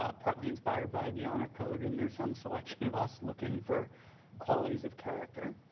ah partly inspired by the honor code and there's some selection of us looking for qualities of character.